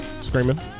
screaming